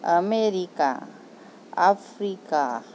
America Africa